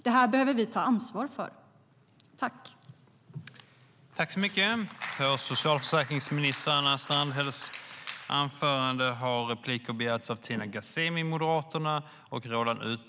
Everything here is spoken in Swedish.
Det här behöver vi ta ansvar för.